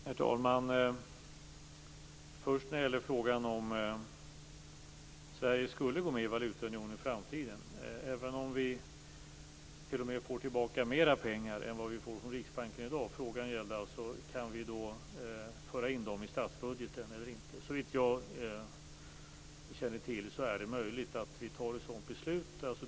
Herr talman! Först vill jag kommentera frågan om hur det blir om Sverige skulle gå med i valutaunionen i framtiden. Frågan gällde om vi, om vi t.o.m. får tillbaka mera än vad vi får från Riksbanken i dag, kan föra in pengarna i statsbudgeten eller inte. Såvitt jag känner till är det möjligt att vi fattar ett sådant beslut.